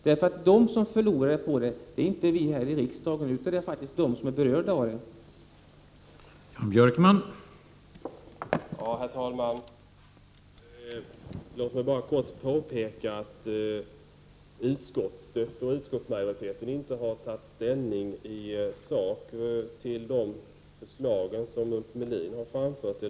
De som förlorar på detta är inte vi här i riksdagen, utan det är de som är berörda av undervisningen.